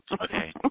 Okay